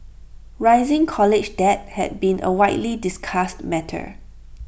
rising college debt has been A widely discussed matter